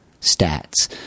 stats